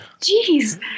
Jeez